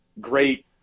great